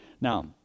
Now